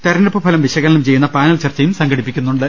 തെരഞ്ഞെടുപ്പ് ഫലം വിശകലനം ചെയ്യുന്ന പാനൽ ചർച്ചയും സംഘടിപ്പിക്കുന്നുണ്ട്